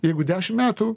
jeigu dešim metų